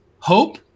hope